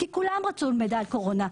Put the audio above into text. כי כולם רצו מידע על קורונה.